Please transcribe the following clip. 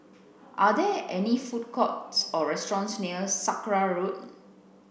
are there any food courts or restaurants near Sakra Road